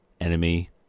enemy